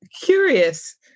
curious